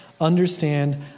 understand